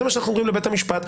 זה מה שאנחנו אומרים לבית המשפט.